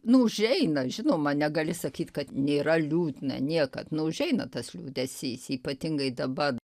nu užeina žinoma negali sakyt kad nėra liūdna niekad nu užeina tas liūdesys ypatingai dabar